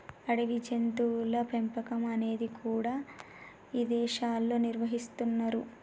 అడవి జంతువుల పెంపకం అనేది కూడా ఇదేశాల్లో నిర్వహిస్తున్నరు